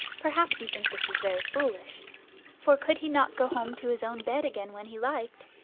perhaps you think this was very foolish for could he not go home to his own bed again when he liked?